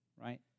right